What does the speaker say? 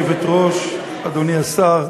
גברתי היושבת-ראש, אדוני השר,